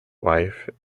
wife